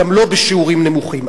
גם לא בשיעורים נמוכים,